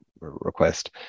request